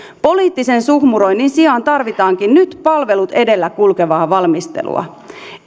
poliittisen suhmuroinnin sijaan tarvitaankin nyt palvelut edellä kulkevaa valmistelua